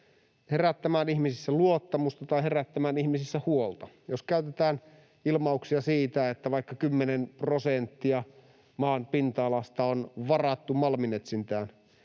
herättämään ihmisissä luottamusta tai herättämään ihmisissä huolta. Jos käytetään sellaisia ilmauksia, että vaikka 10 prosenttia maan pinta-alasta on varattu malminetsintään,